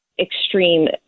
extreme